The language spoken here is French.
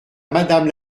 madame